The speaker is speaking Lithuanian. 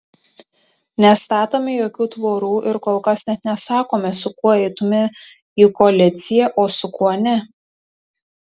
nestatome jokių tvorų ir kol kas net nesakome su kuo eitumėme į koaliciją o su kuo ne